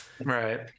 right